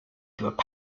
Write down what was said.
through